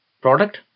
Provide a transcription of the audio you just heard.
product